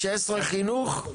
16 חינוך?